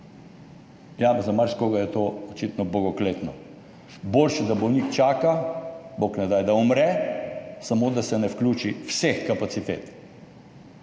Ja, za marsikoga je to očitno bogokletno. Boljše, da bolnik čaka, bog ne daj, da umre, samo da se ne vključi vseh kapacitet.